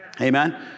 Amen